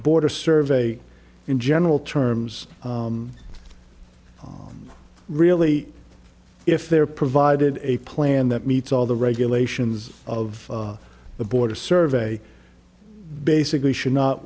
border survey in general terms really if they're provided a plan that meets all the regulations of the border survey basically should not